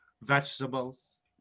vegetables